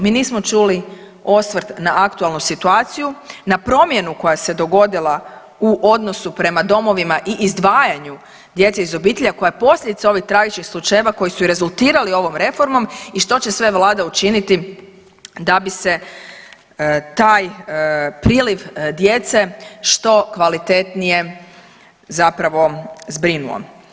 Mi nismo čuli osvrt na aktualnu situaciju, na promjenu koja se dogodila u odnosu prema domovima i izdvajanju djece iz obitelji, a koja je posljedica ovih tragičnih slučajeva koji su i rezultirali ovom reformom i što će sve vlada učiniti da bi se taj priliv djece što kvalitetnije zapravo zbrinuo?